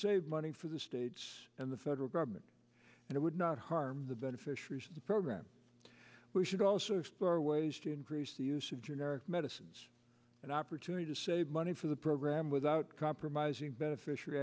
save money for the states and the federal government and it would not harm the beneficiaries of the program we should also explore ways to increase the use of generic medicines an opportunity to save money for the program without compromising beneficial